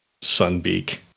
Sunbeak